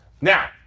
Now